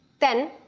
then,